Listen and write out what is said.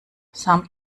some